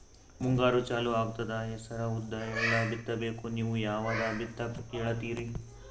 ಮುಂಗಾರು ಚಾಲು ಆಗ್ತದ ಹೆಸರ, ಉದ್ದ, ಎಳ್ಳ ಬಿತ್ತ ಬೇಕು ನೀವು ಯಾವದ ಬಿತ್ತಕ್ ಹೇಳತ್ತೀರಿ?